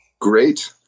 great